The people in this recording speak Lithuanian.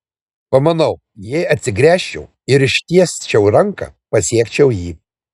pamanau jei atsigręžčiau ir ištiesčiau ranką pasiekčiau jį